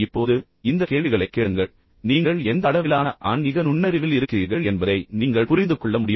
இப்போது இந்த கேள்விகளைக் கேளுங்கள் நீங்கள் எந்த அளவிலான ஆன்மீக நுண்ணறிவில் இருக்கிறீர்கள் என்பதை நீங்கள் புரிந்து கொள்ள முடியும்